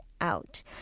out